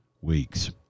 weeks